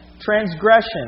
Transgression